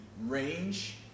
range